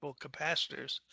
capacitors